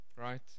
right